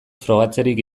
frogatzerik